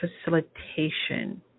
facilitation